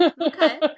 Okay